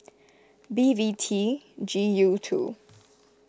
B V T G U two